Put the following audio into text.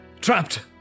Trapped